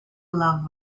love